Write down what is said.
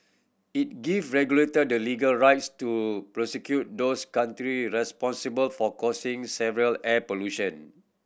it give regulator the legal rights to prosecute those country responsible for causing severe air pollution